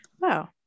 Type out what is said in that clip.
Wow